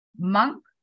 monk